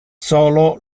solo